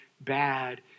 bad